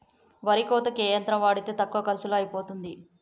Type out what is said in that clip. వరి కోతకి ఏ యంత్రం వాడితే తక్కువ ఖర్చులో అయిపోతుంది?